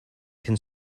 can